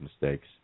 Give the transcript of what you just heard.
mistakes